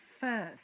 first